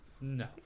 No